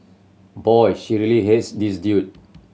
boy she really hates this dude